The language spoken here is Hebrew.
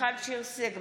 מיכל שיר סגמן,